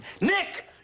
Nick